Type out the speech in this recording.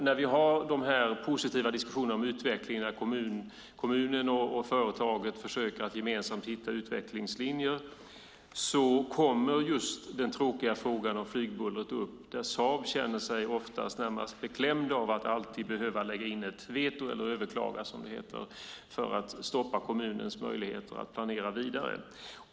När vi har de här positiva diskussionerna om utvecklingen av kommunen, och kommunen och företaget gemensamt försöker att hitta utvecklingslinjer, kommer just den tråkiga frågan om flygbullret upp. På Saab känner man sig oftast närmast beklämd av att alltid behöva lägga in ett veto eller överklaga, som det heter, för att stoppa kommunens möjligheter att planera vidare.